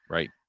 Right